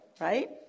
right